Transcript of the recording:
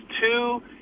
two